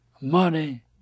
money